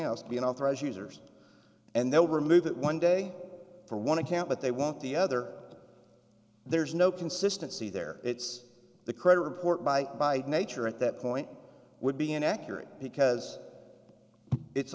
else be an authorized users and they'll remove it one day for one account but they want the other there's no consistency there it's the credit report by by nature at that point would be inaccurate because it's